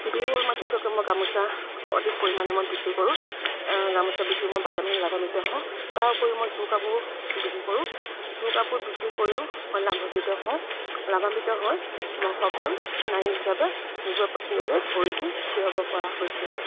বিহু সময়ত বিশেষকৈ মই গামোচা অধিক পৰিমাণে মই বিক্ৰী কৰোঁ গামোচা বিক্ৰী মই ভালে মানে লাভান্বিত হওঁ তাৰ উপৰিও মই যোৰ কাপোৰ বিক্ৰী কৰোঁ যোৰ কাপোৰ বিক্ৰী কৰিও মই লাম্ভাৱিত হওঁ লাভাবিত হৈ মই সফল নাৰী হিচাপে নিজৰ ওপৰত নিজে ভৰি দি থিয় হ'ব পৰা হৈছোঁ